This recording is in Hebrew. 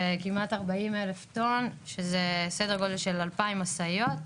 וכמעט 40 אלף טון, שזה סדר גודל של 2000 משאיות.